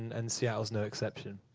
and seattle's no exception.